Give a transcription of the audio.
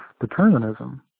determinism